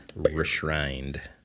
Reshrined